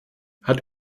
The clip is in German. hat